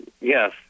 yes